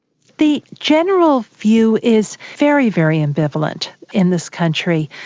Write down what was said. the general view is very, very ambivalent in this country.